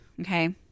Okay